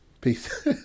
Peace